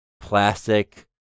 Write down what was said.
plastic